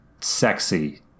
sexy